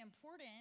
important